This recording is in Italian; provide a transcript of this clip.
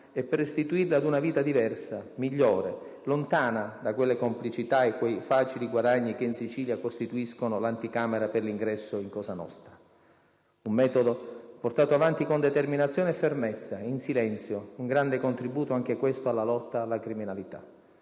e per restituirli ad una vita diversa, migliore, lontana da quelle complicità e quei facili guadagni che in Sicilia costituiscono l'anticamera per l'ingresso in Cosa nostra. Un metodo portato avanti con determinazione e fermezza, in silenzio, un grande contributo anche questo alla lotta alla criminalità.